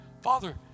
Father